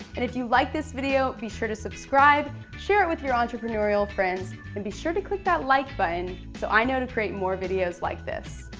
and if you like this video, be sure to subscribe, share it with your entrepreneurial friends. and be sure to click that like button so i know to create more videos like this.